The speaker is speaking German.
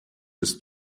ist